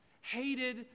hated